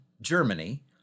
Germany